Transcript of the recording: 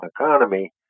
economy